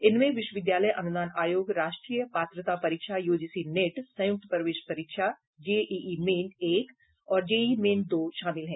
इनमें विश्वविद्यालय अनुदान आयोग राष्ट्रीय पात्रता परीक्षा यूजीसी नेट संयुक्त प्रवेश परीक्षा जेईई मेन एक और जेईई मेन दो शामिल है